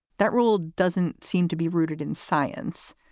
that rule doesn't seem to be rooted in science,